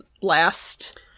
last